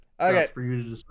Okay